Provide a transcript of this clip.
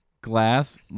Glass